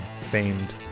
famed